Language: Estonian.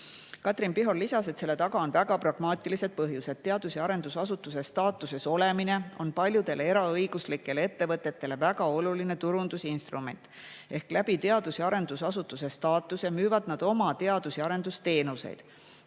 Katrin Pihor lisas, et selle taga on väga pragmaatilised põhjused. Teadus- ja arendusasutuse staatuses olemine on paljudele eraõiguslikele ettevõtetele väga oluline turundusinstrument. Teadus- ja arendusasutuse staatuse alusel nad müüvad oma teadus- ja arendusteenuseid.